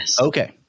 Okay